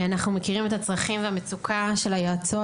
אנחנו מכירים את הצרכים והמצוקה של היועצות,